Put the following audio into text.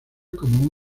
como